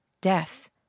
Death